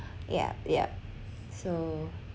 yup yup so